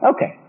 Okay